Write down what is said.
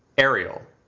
ariel.